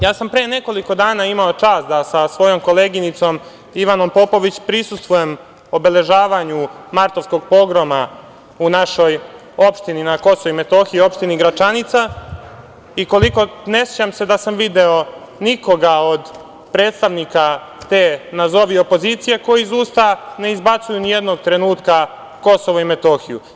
Ja sam pre nekoliko dana imao čast da sa svojom koleginicom Ivanom Popović prisustvujem obeležavanju martovskog pogroma u našoj opštini na KiM, opštini Gračanica i ne sećam se da sam video nikoga od predstavnika te nazovi opozicije koji iz usta ne izbacuju ni jednog trenutka KiM.